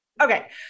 Okay